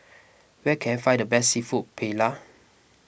where can I find the best Seafood Paella